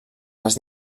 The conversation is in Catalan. les